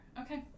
Okay